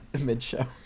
mid-show